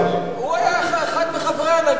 הוא היה אחד מחברי ההנהגה.